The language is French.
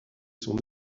son